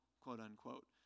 quote-unquote